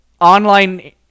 online